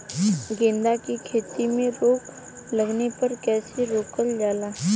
गेंदा की खेती में रोग लगने पर कैसे रोकल जाला?